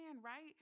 right